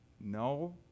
no